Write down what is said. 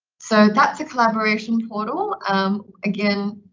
so that's the collaboration portal. again,